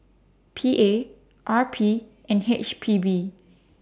P A R P and H P B